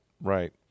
right